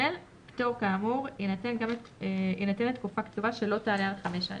פטור כאמור יינתן לתקופה קצובה שלא תעלה על 5 שנים.